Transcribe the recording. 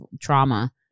trauma